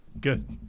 good